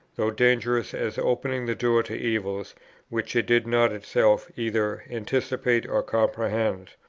though dangerous as opening the door to evils which it did not itself either anticipate or comprehend.